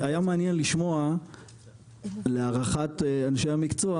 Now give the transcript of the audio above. היה מעניין לשמוע להערכת אנשי המקצוע,